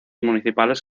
municipales